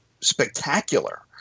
spectacular